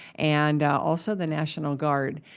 and also the national guard.